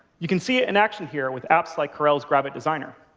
you can see it in action here with apps like corel's graphic designer.